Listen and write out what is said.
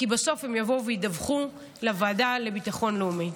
כי בסוף הם יבוא וידווחו לוועדה לביטחון לאומי.